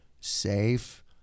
safe